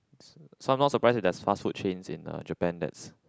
so I'm not surprised if there's fast food chains in uh Japan that's